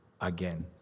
again